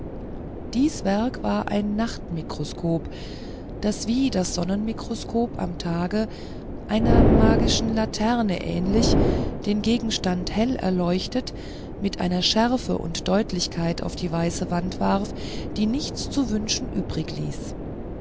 dies werk war ein nachtmikroskop das wie das sonnenmikroskop am tage einer magischen laterne ähnlich den gegenstand hell erleuchtet mit einer schärfe und deutlichkeit auf die weiße wand warf die nichts zu wünschen übrig ließ